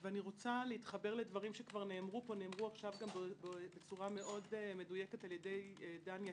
אני רוצה להתחבר לדברים שנאמרו פה בצורה מאוד מדויקת על-ידי דן יקיר,